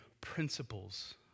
principles